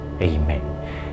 Amen